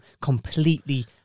completely